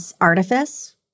artifice